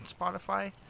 Spotify